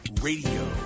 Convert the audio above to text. Radio